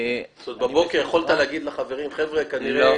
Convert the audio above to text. בבוקר יכולת להגיד לחברים, חבר'ה, כנראה